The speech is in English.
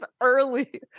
early